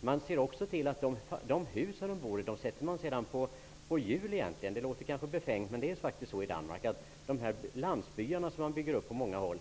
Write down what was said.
I Danmark ser man också till att de hus som flyktingarna bor i sedan förses med hjul. Det låter kanske befängt, men det är faktiskt så. De baracker som finns i de landsbyar som man bygger upp på många håll,